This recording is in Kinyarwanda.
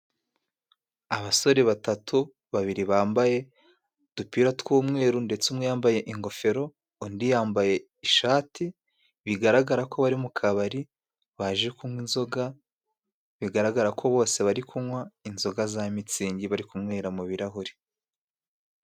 Abasore batatu babiri bambaye udupira tw'umweru ndetse umwe yambaye ingofero undi yambaye ishati bigaragara ko bari mu kabari baje kunywa inzoga bigaragara ko bose bari kunywa inzoga za mitsingi bari kunywera mu birarahuri.